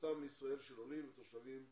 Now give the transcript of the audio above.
כניסתם לישראל של עולים ותושבים חוזרים.